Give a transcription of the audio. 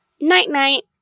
night-night